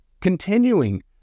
continuing